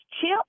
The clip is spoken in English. Chip